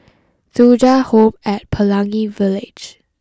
Thuja Home at Pelangi Village